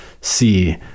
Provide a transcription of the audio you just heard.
see